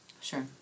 Sure